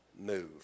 move